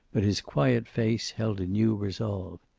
but his quiet face held a new resolve.